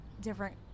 different